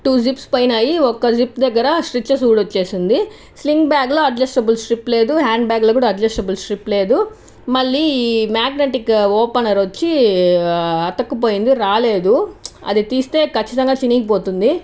two zips పోయినాయి ఒక zip దగ్గర స్ట్రిచ్చెస్ ఊడొచ్చేసింది స్లిన్గ్ బ్యాగ్ లో అడ్జస్టబుల్ స్ట్రిప్ లేదు హ్యాండ్ బ్యాగ్ లో అడ్జస్టబుల్ స్ట్రిప్ లేదు మళ్ళీ మ్యాగ్నటిక్ ఓపెనర్ వచ్చి అతుక్కుపోయింది రాలేదు అది తీస్తే ఖచ్చితంగా చిరిగిపోతుంది